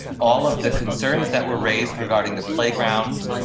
all of the concerns that were raised regarding the playground,